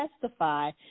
testify